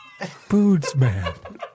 Bootsman